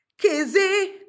Kizzy